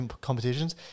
competitions